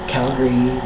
Calgary